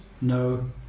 no